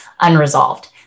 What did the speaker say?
unresolved